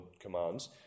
commands